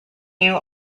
new